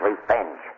revenge